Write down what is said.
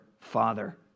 father